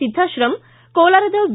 ಸಿದ್ದಾಕ್ರಮ ಕೋಲಾರದ ವಿ